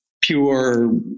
pure